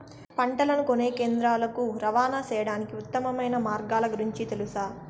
పంటలని కొనే కేంద్రాలు కు రవాణా సేయడానికి ఉత్తమమైన మార్గాల గురించి తెలుసా?